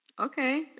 Okay